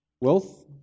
Wealth